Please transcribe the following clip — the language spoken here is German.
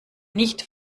nicht